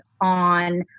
on